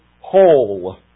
whole